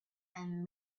and